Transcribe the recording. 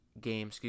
game